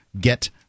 get